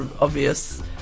obvious